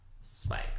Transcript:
Spike